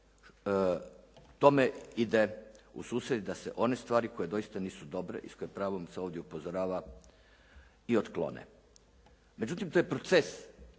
tome ide u susret i da se one stvari koje doista nisu dobre i na koje s pravom se ovdje upozorava i otklone. Međutim, to je proces